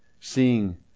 seeing